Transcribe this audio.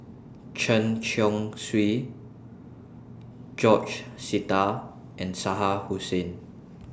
Chen Chong Swee George Sita and Shah Hussain